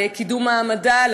לקידום מעמדה,